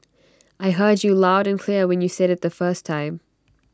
I heard you loud and clear when you said IT the first time